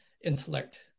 intellect